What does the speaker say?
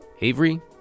Avery